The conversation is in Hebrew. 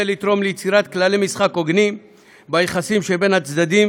לתרום ליצירת כללי משחק הוגנים ביחסים שבין הצדדים,